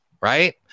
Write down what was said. right